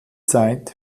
zeit